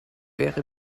wäre